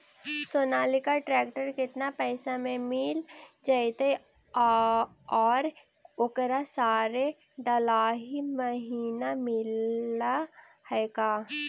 Sonalika tractor केतना पैसा में मिल जइतै और ओकरा सारे डलाहि महिना मिलअ है का?